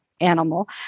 animal